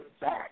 back